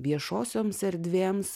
viešosioms erdvėms